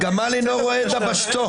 הגמל אינו רואה את דבשתו.